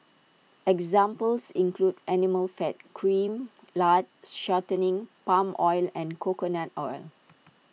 examples include animal fat cream lard shortening palm oil and coconut oil